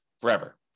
forever